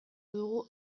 dugu